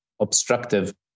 obstructive